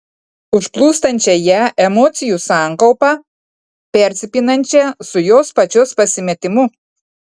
užplūstančią ją emocijų sankaupą persipinančią su jos pačios pasimetimu